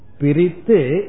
pirite